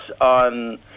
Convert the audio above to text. on